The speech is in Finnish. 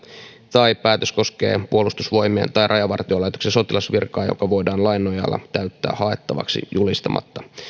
tai päätös koskee puolustusvoimien tai rajavartiolaitoksen sotilasvirkaa joka voidaan lain nojalla täyttää haettavaksi julistamatta